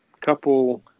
Couple